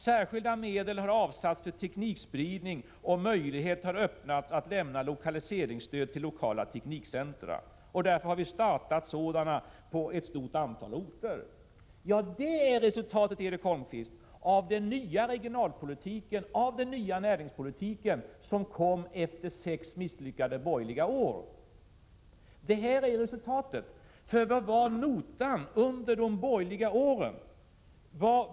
Särskilda medel har avsatts för teknikspridning, och möjlighet har öppnats att lämna lokaliseringsstöd till lokala teknikcentra, varför sådana har startats på ett stort antal orter. Detta är resultatet, Erik Holmkvist, av den nya regionalpolitiken och den nya näringspolitiken, som kom efter sex misslyckade borgerliga år. Hur såg notan ut under de borgerliga åren?